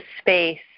space